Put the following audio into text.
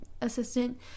assistant